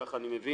כך אני מבין,